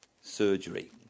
surgery